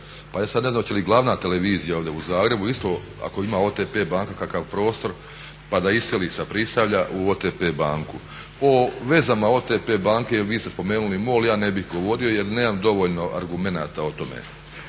Pa ja sada ne znam hoće li glavna televizija ovdje u Zagrebu isto ako ima OTP banka kakav prostor pa da iseli sa Prisavlja u OTP banku. O vezama OTP banke, evo vi ste spomenuli MOL, ja ne bih govorio jer nemam dovoljno argumenata o tome.